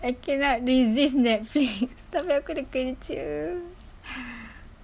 I cannot resist netflix tapi aku ada kerja